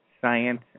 Science